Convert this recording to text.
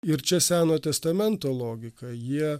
ir čia senojo testamento logika jie